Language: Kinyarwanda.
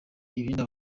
ibindi